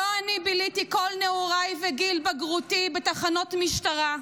לא אני ביליתי כל נעוריי וגיל בגרותי בתחנות משטרה.